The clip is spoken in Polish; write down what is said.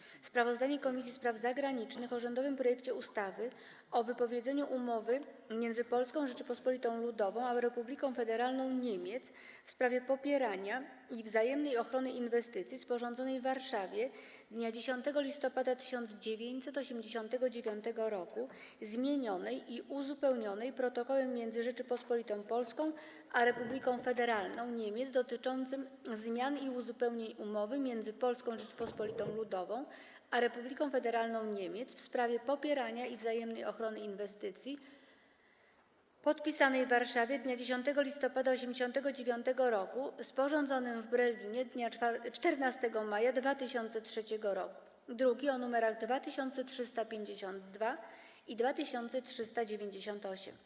30. Sprawozdanie Komisji Spraw Zagranicznych o rządowym projekcie ustawy o wypowiedzeniu Umowy między Polską Rzecząpospolitą Ludową a Republiką Federalną Niemiec w sprawie popierania i wzajemnej ochrony inwestycji, sporządzonej w Warszawie dnia 10 listopada 1989 r., zmienionej i uzupełnionej Protokołem między Rzecząpospolitą Polską a Republiką Federalną Niemiec dotyczącym zmian i uzupełnień Umowy między Polską Rzecząpospolitą Ludową a Republiką Federalną Niemiec w sprawie popierania i wzajemnej ochrony inwestycji, podpisanej w Warszawie dnia 10 listopada 1989 r., sporządzonym w Berlinie dnia 14 maja 2003 r. (druki nr 2352 i 2398)